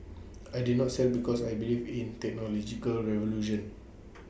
I did not sell because I believe in technological revolution